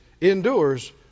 endures